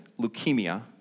leukemia